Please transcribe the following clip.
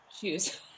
shoes